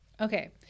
Okay